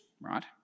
right